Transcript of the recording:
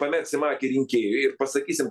pamerksim akį rinkėjui ir pasakysim